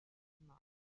fatima